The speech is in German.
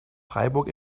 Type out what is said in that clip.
freiburg